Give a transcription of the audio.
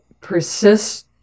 persist